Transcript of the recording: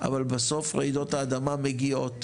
אבל בסוף רעידות האדמה מגיעות,